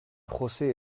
josé